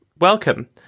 welcome